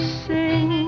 sing